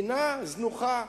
מדינה זנוחה